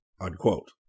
unquote